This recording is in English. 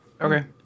okay